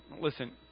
Listen